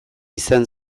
izan